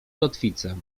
kotwicę